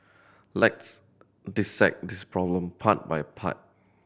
let's dissect this problem part by part